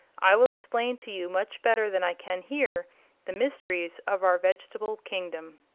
i will explain to you much better than i can here the mysteries of our vegetable kingdom.